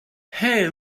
hey